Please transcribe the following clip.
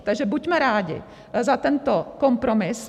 Takže buďme rádi za tento kompromis.